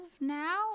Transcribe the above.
now